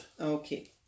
Okay